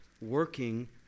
working